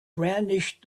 brandished